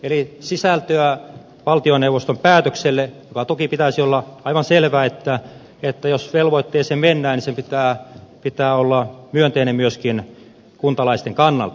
eli sisältöä valtioneuvoston päätökselle mutta toki pitäisi olla aivan selvää että jos velvoitteeseen mennään sen pitää olla myönteinen myöskin kuntalaisten kannalta